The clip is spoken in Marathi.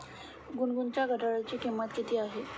गुनगुनच्या घड्याळाची किंमत किती आहे?